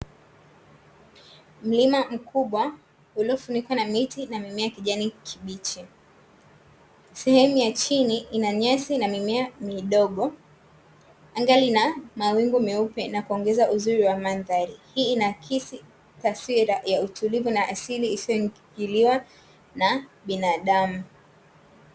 Mlima mkubwa uliofunikwa na miti na mimea ya kijani kibichi. Sehemu ya chini ina nyasi na mimea midogo. Anga lina mawingu meupe na kuongeza uzuri wa mandhari. Hii inaakisi taswira ya utulivu na asili isiyoingiliwa na binadamu.